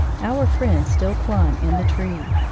our friend still clung in the tree.